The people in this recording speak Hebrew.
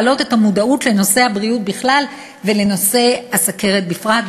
להעלות את המודעות לנושא הבריאות בכלל ולנושא הסוכרת בפרט.